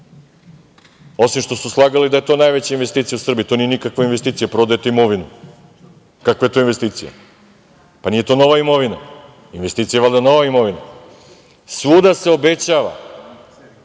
osim što su slagali da je to najveća investicija u Srbiji, to nije nikakva investicija, prodajete imovinu, kakva je to investicija, nije to nova imovina, investicija je valjda nova imovina, svuda se obećava